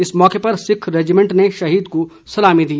इस मौके पर सिक्ख रेजिमेंट ने शहीदों को सलामी दी